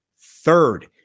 third